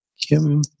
Kim